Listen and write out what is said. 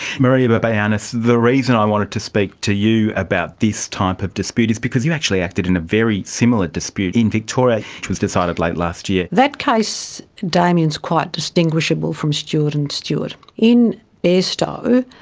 maria barbayannis, the reason i wanted to speak to you about this type of dispute is because you actually acted in a very similar dispute in victoria which was decided late last year. that case, damien, is quite distinguishable from stewart and stewart. in bairstow,